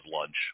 lunch